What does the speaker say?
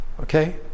okay